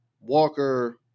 Walker